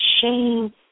shame